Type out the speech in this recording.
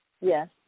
Yes